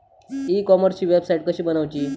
E कॉमर्सची website कशी बनवची?